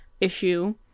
issue